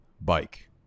bike